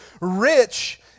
rich